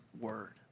word